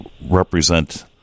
represent